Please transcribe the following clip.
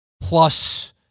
plus